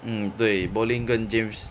mm 对 bolin 跟 james